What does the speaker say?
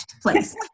place